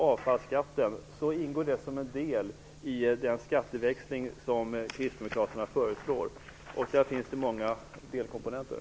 Avfallsskatten ingår som en del i den skatteväxling som kristdemokraterna föreslår. Där finns det många delkomponenter.